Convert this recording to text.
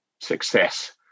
success